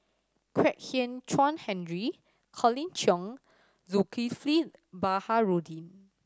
Kwek Hian Chuan Henry Colin Cheong Zulkifli Baharudin